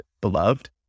beloved